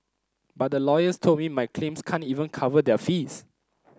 but the lawyers told me my claims can't even cover their fees